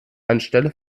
anstelle